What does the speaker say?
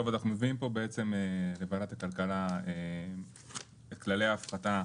טוב אנחנו מביאים פה בעצם לוועדת הכלכלה את כללי ההפחתה